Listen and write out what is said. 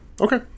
Okay